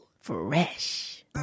fresh